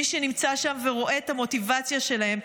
מי שנמצא שם ורואה את המוטיבציה שלהם,